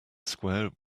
square